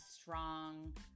strong